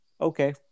okay